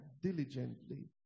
diligently